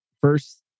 first